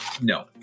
No